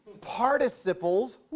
participles